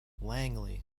langley